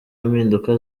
mpinduka